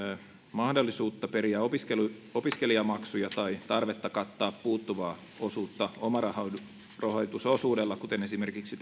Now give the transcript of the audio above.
mahdollisuutta periä opiskelijamaksuja tai tarvetta kattaa puuttuvaa osuutta omarahoitusosuudella omarahoitusosuudella kuten esimerkiksi